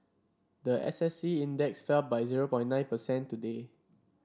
the S S E Index fell by zero point nine percent today